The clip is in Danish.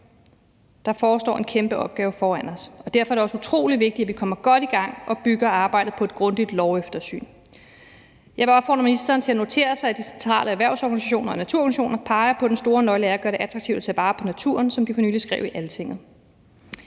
der forestår en kæmpe opgave foran os. Derfor er det også utrolig vigtigt, at vi kommer godt i gang og bygger arbejdet på et grundigt loveftersyn. Jeg vil opfordre ministeren til at notere sig, at de centrale erhvervsorganisationer og naturorganisationer peger på, at den store nøgle er at gøre det attraktivt at tage vare på naturen, som de for nylig skrev i Altinget.